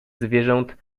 zwierząt